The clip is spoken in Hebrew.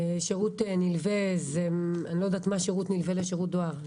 שירות נלווה אני לא יודעת מה הוא שירות נלווה לשירות דואר.